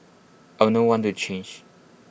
I would not want to change